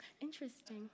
interesting